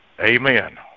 Amen